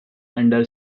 under